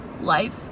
life